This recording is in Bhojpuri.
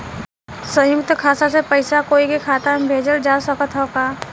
संयुक्त खाता से पयिसा कोई के खाता में भेजल जा सकत ह का?